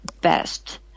best